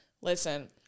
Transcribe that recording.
Listen